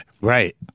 Right